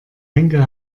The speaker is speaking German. henkel